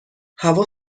هوا